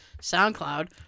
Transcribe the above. SoundCloud